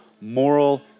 moral